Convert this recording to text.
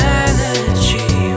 energy